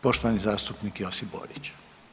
Poštovani zastupnik Josip Borić.